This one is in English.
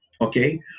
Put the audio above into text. okay